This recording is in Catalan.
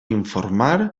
informar